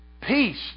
peace